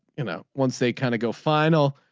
you know once they kind of go final.